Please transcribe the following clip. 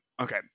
Okay